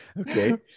okay